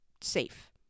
safe